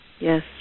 Yes